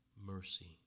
mercy